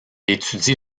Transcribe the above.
étudie